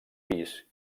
pis